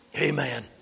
Amen